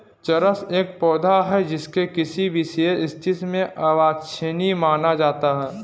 चरस एक पौधा है जिसे किसी विशेष स्थिति में अवांछनीय माना जाता है